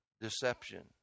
deception